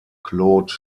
claude